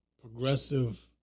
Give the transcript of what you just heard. progressive